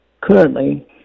currently